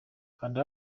kanda